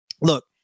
look